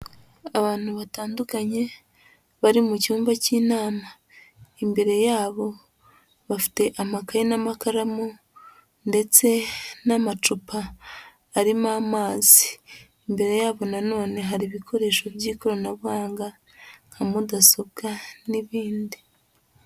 Abantu batandukanye bari mu cyumba cy'inama, imbere yabo bafite amakayi n'amakaramu ndetse n'amacupa arimo amazi, imbere yabo na none hari ibikoresho by'ikoranabuhanga nka mudasobwa n'ibindi.